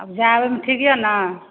आब जाए आबैमे ठीक यऽ ने